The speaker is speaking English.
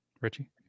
Richie